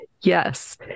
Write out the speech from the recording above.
Yes